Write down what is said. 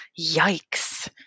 Yikes